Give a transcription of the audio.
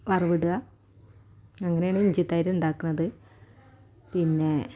വറവിടുക അങ്ങനെയാണ് ഇഞ്ചിത്തൈര് ഉണ്ടാക്കണത് പിന്നെ